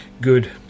good